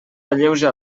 alleuja